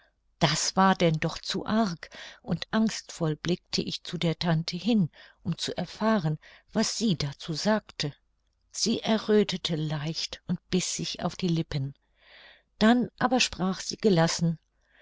das war denn doch zu arg und angstvoll blickte ich zu der tante hin um zu erfahren was sie dazu sagte sie erröthete leicht und biß sich auf die lippen dann aber sprach sie gelassen